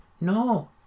No